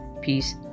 peace